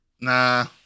Nah